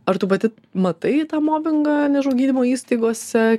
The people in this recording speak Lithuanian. ar tu pati matai tą mobingą nežinau gydymo įstaigose